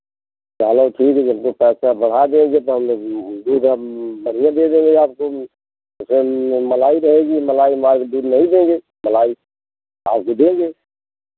चलो ठीक है जब जब पैसा बढ़ा देंगे तो हम दूध हम बढ़ियाँ दे देंगे आपको उसमें म् मलाई रहेगी मलाई मार के दूध नहीं देंगे मलाई फाड़ के देंगे